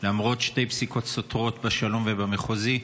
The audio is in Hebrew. למרות שתי פסיקות סותרות בשלום ובמחוזי.